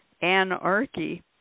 Anarchy